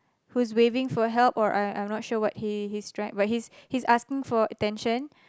who's waving for help or I I'm not sure what he he's trying but he's asking for attention